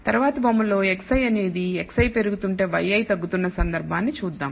తరువాతి బొమ్మ లో xi అనేది xi పెరుగుతుంటే yi తగ్గుతున్న సందర్భాన్ని చూద్దాం